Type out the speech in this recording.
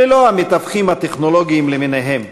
ללא המתווכים הטכנולוגיים למיניהם,